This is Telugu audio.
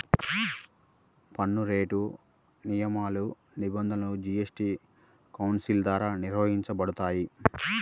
పన్నురేట్లు, నియమాలు, నిబంధనలు జీఎస్టీ కౌన్సిల్ ద్వారా నిర్వహించబడతాయి